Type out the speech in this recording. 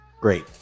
Great